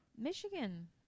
Michigan